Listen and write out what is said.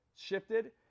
shifted